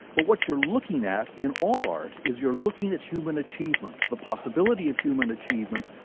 but what you're looking at in all art, is you're looking at human achievement, the possibility of human achievement,